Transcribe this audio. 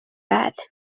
bath